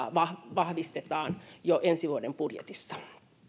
vahvistetaan jo ensi vuoden budjetissa